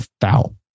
foul